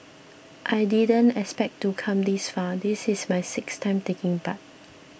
I didn't expect to come this far this is my sixth time taking part